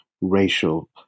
racial